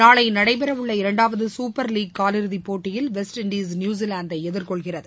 நாளை நடைபெற உள்ள இரண்டாவது சூப்பர் லீக் காலிறதிப் போட்டியில் வெஸ்ட் இண்டஸ் நியூசிலாந்தை எதிர்கொள்கிறது